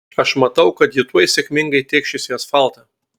aš matau kad ji tuoj sėkmingai tėkšis į asfaltą